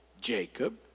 Jacob